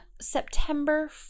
September